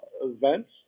events